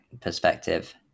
perspective